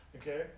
Okay